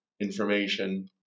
information